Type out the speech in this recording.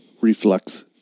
reflux